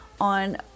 on